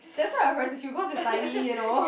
that's why I message you cause you tiny you know